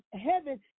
heaven